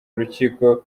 urukiko